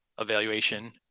evaluation